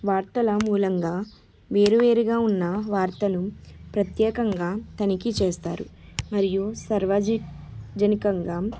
వార్తల మూలంగా వేరువేరుగా ఉన్న వార్తలు ప్రతేకంగా తనిఖీ చేస్తారు మరియు సర్వజనికంగా